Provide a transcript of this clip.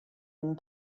and